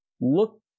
look